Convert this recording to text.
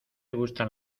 gustan